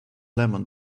lemon